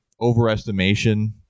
overestimation